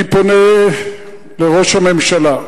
אני פונה אל ראש הממשלה,